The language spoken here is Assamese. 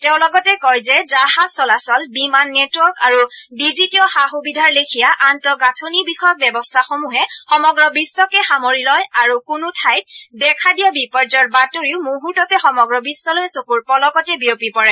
তেওঁ লগতে কয় যে জাহাজ চলাচল বিমান নেটৱৰ্ক আৰু ডিজিটিয় সা সূবিধাৰ লেখিয়া আন্তঃগাঁথনি বিষয়ক ব্যৱস্থাসমূহে সমগ্ৰ বিশ্বকে সামৰি লয় আৰু কোনো ঠাইত দেখা দিয়া বিপৰ্যয়ৰ বাতৰিও মুহূৰ্ততে সমগ্ৰ বিশ্বলৈ চকূৰ পলকতে বিয়পি পৰে